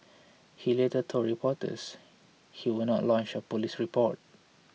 he later told reporters he would not lodge a police report